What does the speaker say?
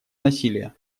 насилия